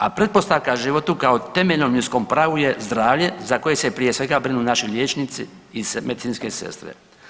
A pretpostavka životu kao temeljnom ljudskom pravu je zdravlje za koje se prije svega brinu naši liječnici i medicinske sestre.